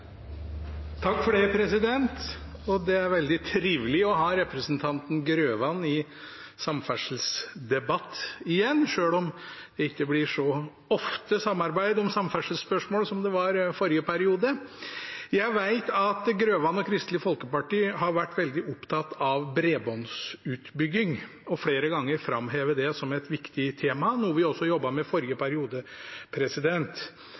Det blir replikkordskifte. Det er veldig trivelig å ha representanten Grøvan i samferdselsdebatt igjen, selv om det ikke blir samarbeid om samferdselsspørsmål så ofte som det var i forrige periode. Jeg vet at Grøvan og Kristelig Folkeparti har vært veldig opptatt av bredbåndsutbygging, og at de flere ganger har framhevet det som et viktig tema, noe vi også jobbet med i forrige